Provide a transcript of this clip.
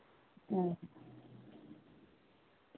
हां